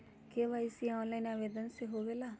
KYC online आवेदन से होवे ला?